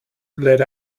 led